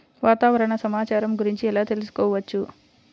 వాతావరణ సమాచారము గురించి ఎలా తెలుకుసుకోవచ్చు?